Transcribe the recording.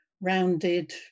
rounded